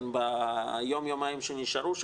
ביום יומיים שנשארו,